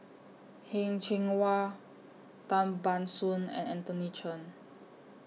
Heng Cheng Hwa Tan Ban Soon and Anthony Chen